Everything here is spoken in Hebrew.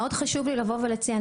מאוד חשוב לי לבוא ולציין,